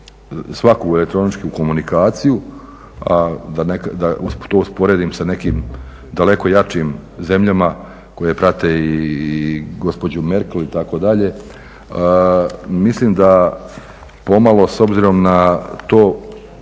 svaku elektroničku komunikaciju, a da usput to usporedim sa nekim daleko jačim zemljama koje prate i gospođu Merkel itd. Mislim da pomalo, s obzirom na to